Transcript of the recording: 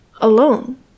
alone